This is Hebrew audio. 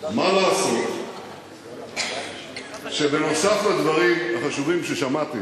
מה לעשות שנוסף על הדברים החשובים ששמעתי